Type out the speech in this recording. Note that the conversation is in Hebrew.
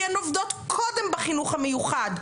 כי הן עובדות קודם בחינוך המיוחד.